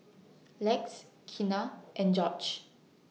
Lex Keanna and Gorge